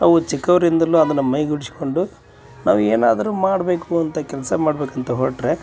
ನಾವು ಚಿಕ್ಕವ್ರು ಇಂದಲು ಅದನ್ನ ಮೈಗೂಡಿಸ್ಕೊಂಡು ನಾವೇನಾದರೂ ಮಾಡಬೇಕು ಅಂತ ಕೆಲಸ ಮಾಡಬೇಕಂತ ಹೊರಟರೆ